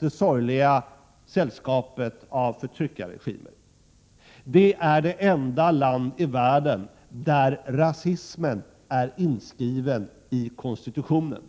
det sorgliga sällskapet av förtryckarregimer. Det är det enda land i världen där rasismen är inskriven i konstitutionen.